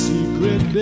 Secret